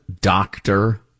doctor